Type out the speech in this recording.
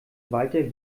walter